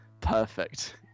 perfect